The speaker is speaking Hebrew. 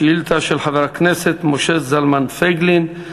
שאילתה של חבר הכנסת משה זלמן פייגלין.